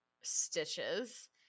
stitches